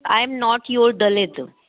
I am not your Dalit